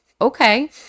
Okay